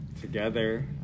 together